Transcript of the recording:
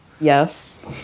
Yes